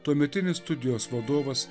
tuometinis studijos vadovas